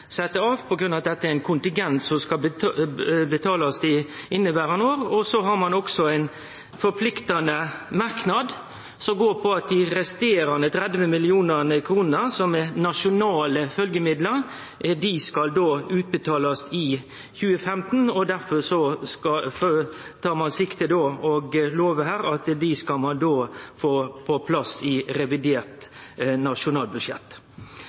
av på grunn av at det er ein kontingent som skal betalast i inneverande år. Så har ein også ein forpliktande merknad om at dei resterande 30 mill. kr som er nasjonale følgjemidlar, skal utbetalast i 2015, og derfor tar ein sikte på – og lover her – at ein skal få det på plass i revidert nasjonalbudsjett.